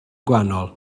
gwahanol